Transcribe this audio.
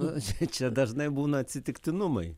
nu čia čia dažnai būna atsitiktinumai